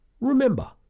remember